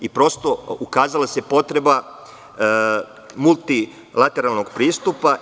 Prosto, ukazala se potreba multilateralnog pristupa.